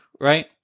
right